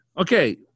Okay